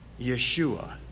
Yeshua